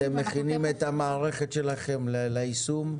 אתם מכינים את המערכת שלכם ליישום?